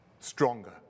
stronger